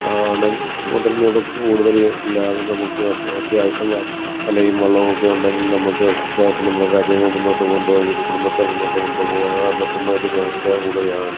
ആണെങ്കിൽ മുതൽമുടക്ക് കൂടുതൽ ഇല്ലാതെ നമുക്ക് അത്യാവശ്യം വലയും വള്ളവും ഒക്കെ ഉണ്ടെങ്കിൽ നമുക്ക് അത്യാവശ്യം നമ്മുടെ കാര്യങ്ങൾ മുന്നോട്ട് കൊണ്ട്പോയി ഒരു കുടുംബത്തെ മുന്നോട്ട് കൊണ്ട്പോകാൻ പറ്റുന്ന ഒരു മേഖല കൂടെയാണ്